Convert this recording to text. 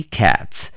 cats